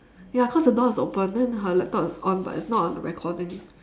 ya cause the door is open then her laptop is on but it's not on recording